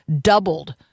doubled